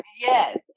yes